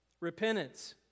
Repentance